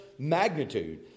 Magnitude